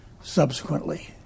subsequently